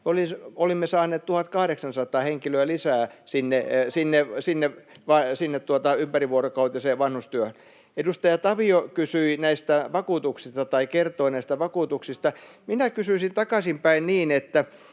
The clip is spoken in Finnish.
Hoiva-avustajia!] sinne ympärivuorokautiseen vanhustyöhön. Edustaja Tavio kertoi näistä vakuutuksista. Minä kysyisin takaisinpäin niin, että